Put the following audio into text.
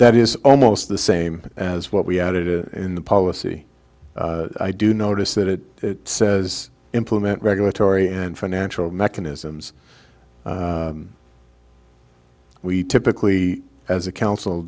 that is almost the same as what we had it in the policy i do notice that it says implement regulatory and financial mechanisms we typically as a council